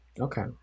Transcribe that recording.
Okay